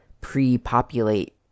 pre-populate